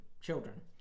children